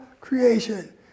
creation